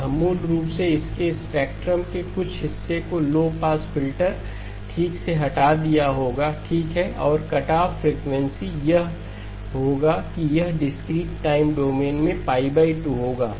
यह मूल रूप से इसके स्पेक्ट्रम के कुछ हिस्से को लो पास फिल्टर ठीक से हटा दिया होगा ठीक है और कटऑफ फ्रीक्वेंसी यह होगा कि यह डिस्क्रीट टाइम डोमेन में 2 होगा